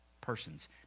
persons